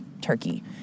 turkey